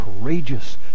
courageous